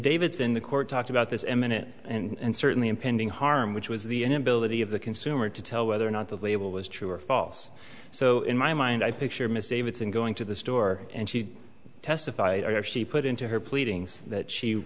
david's in the court talked about this eminent and certainly impending harm which was the inability of the consumer to tell whether or not the label was true or false so in my mind i picture miss davis in going to the store and she testified i actually put into her pleadings that she